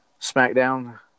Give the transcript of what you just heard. SmackDown